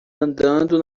andando